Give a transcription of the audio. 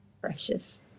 precious